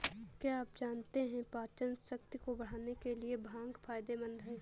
क्या आप जानते है पाचनशक्ति को बढ़ाने के लिए भांग फायदेमंद है?